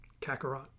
Kakarot